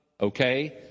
Okay